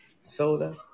Soda